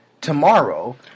tomorrow